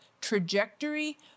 trajectory